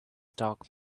dark